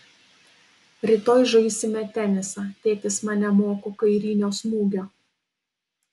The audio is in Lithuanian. rytoj žaisime tenisą tėtis mane moko kairinio smūgio